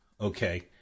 okay